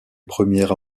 premières